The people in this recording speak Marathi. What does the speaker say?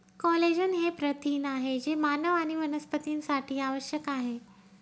कोलेजन हे प्रथिन आहे जे मानव आणि वनस्पतींसाठी आवश्यक आहे